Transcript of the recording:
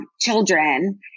children